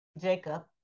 Jacob